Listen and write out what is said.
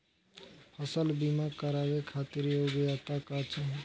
फसल बीमा करावे खातिर योग्यता का चाही?